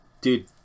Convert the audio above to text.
Dude